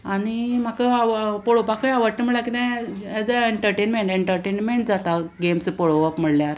आनी म्हाका आवय पळोवपाकूय आवडटा म्हणल्यार कितें एज अ एन्टरटेनमेंट एन्टरटेनमेंट जाता गेम्स पळोवप म्हळ्यार